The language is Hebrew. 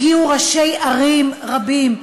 הגיעו ראשי ערים רבים,